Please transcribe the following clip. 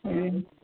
ꯎꯝ